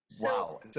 Wow